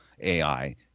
AI